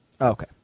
Okay